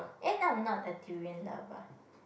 and I'm not a durian lover